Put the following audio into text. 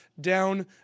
down